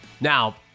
Now